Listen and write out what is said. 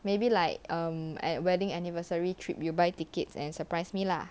maybe like err at wedding anniversary trip you buy tickets and surprise me lah